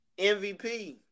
MVP